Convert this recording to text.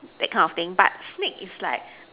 that kind of thing but snake is like